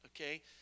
okay